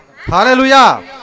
Hallelujah